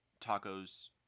tacos